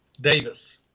Davis